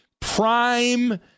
prime